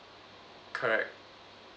correct